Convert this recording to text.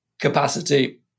capacity